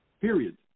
Period